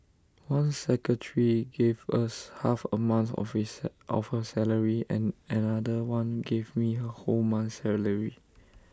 one secretary gave us half A month of his of her salary and another one gave me her whole month's salary